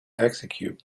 execute